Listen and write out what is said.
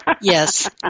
Yes